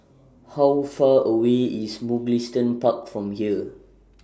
How Far away IS Mugliston Park from here